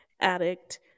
addict